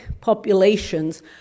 populations